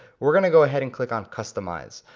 we're gonna go ahead and click on customize.